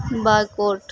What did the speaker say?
bar code